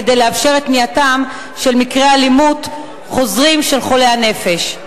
כדי לאפשר את מניעתם של מקרי אלימות חוזרים של חולי הנפש.